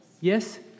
Yes